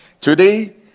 today